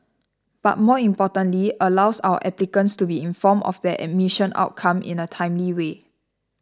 but more importantly allows our applicants to be informed of their admission outcome in a timely way